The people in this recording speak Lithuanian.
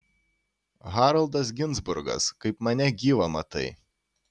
haroldas ginzburgas kaip mane gyvą matai